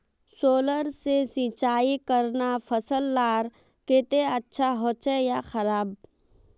Solar से सिंचाई करना फसल लार केते अच्छा होचे या खराब?